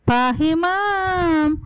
Pahimam